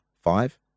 five